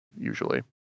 usually